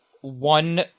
one